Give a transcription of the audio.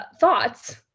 thoughts